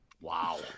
Wow